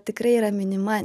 tikrai yra minima